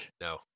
No